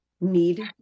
need